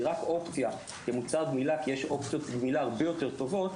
רק אופציה כמוצר גמילה כי יש אופציות גמילה הרבה יותר טובות,